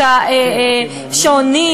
את השעונים,